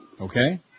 Okay